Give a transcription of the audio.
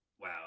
Wow